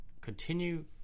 continue